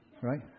right